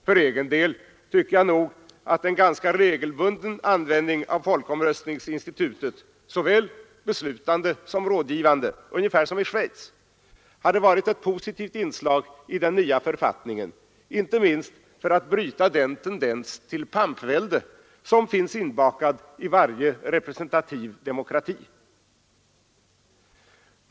För egen del tycker jag nog att en ganska regelbunden användning av folkomröstningsinstitutet, såväl beslutande som rådgivande — ungefär som i Schweiz — hade varit ett positivt inslag i den nya författningen, inte minst för att bryta den tendens till pampvälde som finns inbakad i varje representativ demokrati.